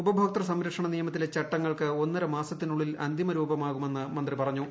ഉപഭോക്തൃ സംരക്ഷണ നിയമത്തിലെ ചട്ടങ്ങൾക്ക് ഒന്നര മാസത്തിനുള്ളിൽ അന്തിമ രൂപമാകുമെന്ന് മന്ത്രി പറഞ്ഞു